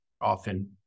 often